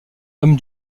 homme